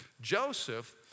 Joseph